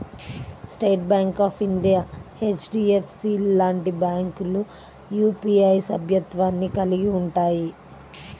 state Bank of India, HDFC లాంటి బ్యాంకులు UPI సభ్యత్వాన్ని కలిగి ఉంటయ్యి